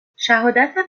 شهادت